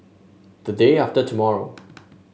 the day after tomorrow